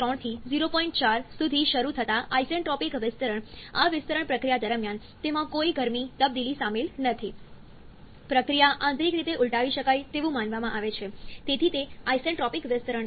4 સુધી શરૂ થતા આઇસેન્ટ્રોપિક વિસ્તરણ આ વિસ્તરણ પ્રક્રિયા દરમિયાન તેમાં કોઈ ગરમી તબદીલી સામેલ નથી પ્રક્રિયા આંતરિક રીતે ઉલટાવી શકાય તેવું માનવામાં આવે છે તેથી તે આઇસેન્ટ્રોપિક વિસ્તરણ છે